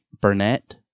Burnett